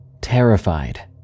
terrified